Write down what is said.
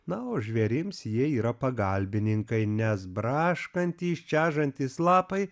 na o žvėrims jie yra pagalbininkai nes braškantys čežantys lapai